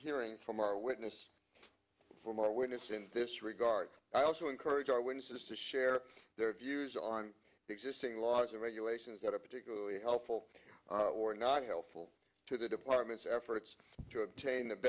hearing from our witness from our witness in this regard i also encourage our witnesses to share their views on existing laws and regulations that are particularly helpful or not helpful to the department's efforts to obtain th